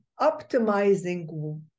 optimizing